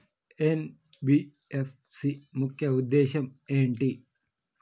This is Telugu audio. ఎన్.బి.ఎఫ్.సి ముఖ్య ఉద్దేశం ఏంటి?